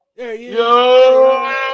Yo